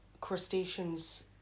crustaceans